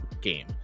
game